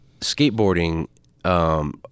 skateboarding